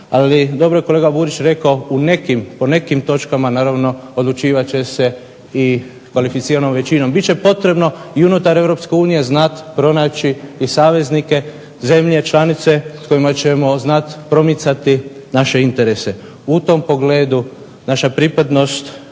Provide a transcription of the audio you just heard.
ali dobro je kolega Burić rekao u nekim, po nekim točkama naravno odlučivat će se i kvalificiranom većinom. Bit će potrebno i unutar EU znati pronaći i saveznike zemlje članice s kojima ćemo znati promicati naše interese. U tom pogledu naša pripadnost,